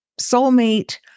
soulmate